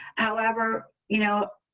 however, you know,